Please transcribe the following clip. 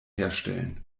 herstellen